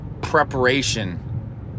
preparation